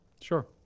sure